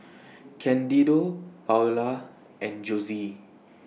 Candido Paola and Josie